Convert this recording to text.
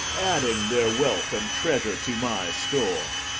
adding their wealth and treasure to my store.